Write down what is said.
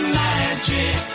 magic